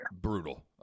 Brutal